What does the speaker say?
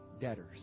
debtors